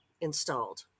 installed